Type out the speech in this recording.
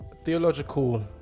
Theological